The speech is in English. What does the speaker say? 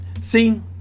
See